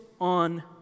on